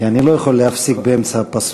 כי אני לא יכול להפסיק באמצע הפסוק,